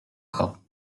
corps